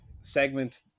segment